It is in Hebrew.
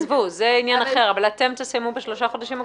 אתם תסיימו בשלושה חודשים הקרובים?